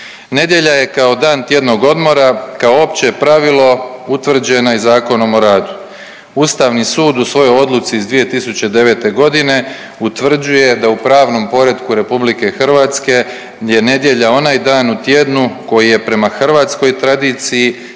Nedjelja je kao dan tjednog odmora kao opće pravilo utvrđena i Zakonom o radu. Ustavni sud u svojoj odluci iz 2009.g. utvrđuje da u pravnom poretku RH je nedjelja onaj dan u tjednu koji je prema hrvatskoj tradiciji